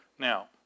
Now